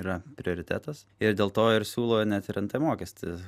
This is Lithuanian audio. yra prioritetas ir dėl to ir siūlo net ir nt mokestį